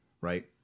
right